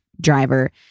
driver